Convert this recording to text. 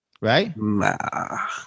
right